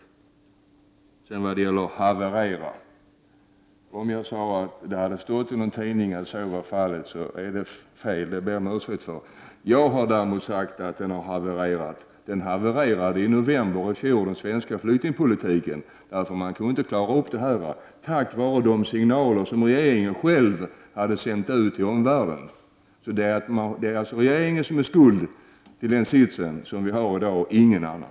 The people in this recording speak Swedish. Vad sedan då beträffar ordet ”havererat”: Om jag sade att det ordet hade använts i någon tidning, är det fel, och det ber jag om ursäkt för. Jag har däremot själv sagt att flyktingpolitiken har havererat. Den havererade i november i fjol. Anledningen till att den inte kunde klaras var de signaler som regeringen själv hade sänt ut till omvärlden. Det är alltså regeringen som har skulden till den sits som vi har i dag, ingen annan.